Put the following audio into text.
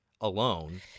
alone